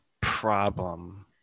problem